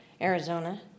Arizona